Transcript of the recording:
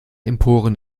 emporen